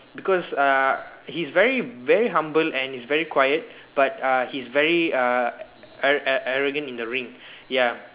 because uh he's very very humble and he's very quiet but uh he's very uh arro~ arrogant in the ring ya